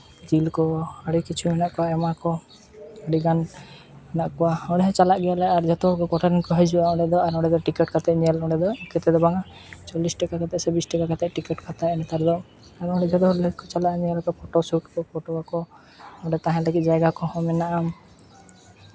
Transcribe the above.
ᱡᱤᱭᱟᱹᱞᱤ ᱠᱚ ᱟᱹᱰᱤ ᱠᱤᱪᱷᱩ ᱦᱮᱱᱟᱜ ᱠᱚᱣᱟ ᱮᱢᱟᱱ ᱠᱚ ᱟᱹᱰᱤ ᱜᱟᱱ ᱢᱮᱱᱟᱜ ᱠᱚᱣᱟ ᱚᱸᱰᱮ ᱦᱚᱸ ᱪᱟᱞᱟᱜ ᱜᱮᱭᱟᱞᱮ ᱟᱨ ᱡᱚᱛᱚ ᱦᱚᱲ ᱠᱚᱴᱷᱮᱱ ᱠᱚ ᱦᱤᱡᱩᱜᱼᱟ ᱚᱸᱰᱮ ᱫᱚ ᱟᱨ ᱱᱚᱰᱮ ᱫᱚ ᱴᱤᱠᱤᱴ ᱠᱟᱛᱮᱫ ᱧᱮᱞ ᱚᱸᱰᱮ ᱫᱚ ᱤᱱᱠᱟᱹ ᱛᱮᱫᱚ ᱵᱟᱝᱟ ᱪᱚᱞᱞᱤᱥ ᱴᱟᱠᱟ ᱠᱟᱛᱮᱫ ᱥᱮ ᱵᱤᱥ ᱴᱟᱠᱟ ᱠᱟᱛᱮᱫ ᱴᱤᱠᱤᱴ ᱠᱚ ᱦᱟᱛᱟᱣᱮᱫᱼᱟ ᱱᱮᱛᱟᱨ ᱫᱚ ᱟᱨ ᱚᱸᱰᱮ ᱪᱟᱞᱟᱜ ᱞᱮᱠ ᱪᱟᱞᱟᱜ ᱟᱠᱚ ᱧᱮᱞᱟ ᱠᱚ ᱯᱷᱳᱴᱳ ᱥᱩᱴ ᱠᱚ ᱯᱷᱳᱴᱳᱜ ᱟᱠᱚ ᱚᱸᱰᱮ ᱛᱟᱦᱮᱱ ᱞᱟᱹᱜᱤᱫ ᱡᱟᱭᱜᱟ ᱠᱚ ᱦᱚᱸ ᱢᱮᱱᱟᱜᱼᱟ